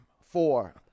four